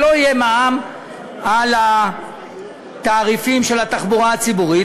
שלא יהיה מע"מ על התעריפים של התחבורה הציבורית,